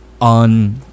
on